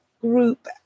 group